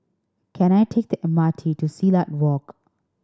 can I take the M R T to Silat Walk